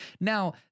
Now